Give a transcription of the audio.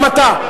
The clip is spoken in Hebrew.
גם אתה,